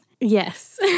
Yes